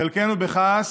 חלקנו בכעס,